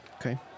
Okay